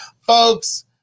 folks